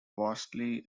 vastly